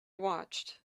watched